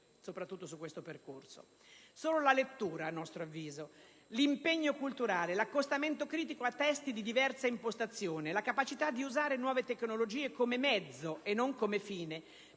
soprattutto su questo percorso. Solo la lettura, a nostro avviso, l'impegno culturale, l'accostamento critico a testi di diversa impostazione, la capacità di usare nuove tecnologie come mezzo e non come fine,